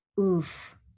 Oof